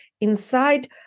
inside